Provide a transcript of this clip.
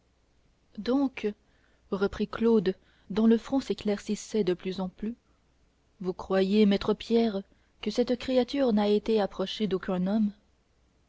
donc reprit claude dont le front s'éclaircissait de plus en plus vous croyez maître pierre que cette créature n'a été approchée d'aucun homme